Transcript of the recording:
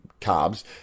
carbs